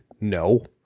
No